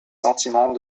sentiments